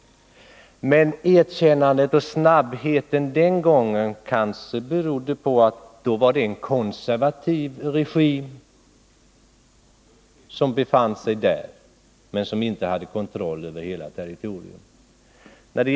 Men snabbheten i erkännandet den gången kanske berodde på att det gällde en konservativ regim som fanns i landet men som inte hade kontroll över hela territoriet.